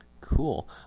Cool